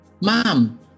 Mom